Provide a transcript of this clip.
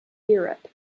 europe